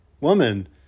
woman